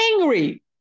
angry